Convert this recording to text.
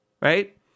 right